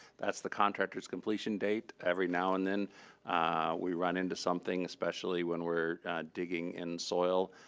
that's the contractor's completion date. every now and then we run into something, especially when we're digging in soil.